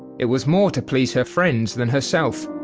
it was more to please her friends than herself.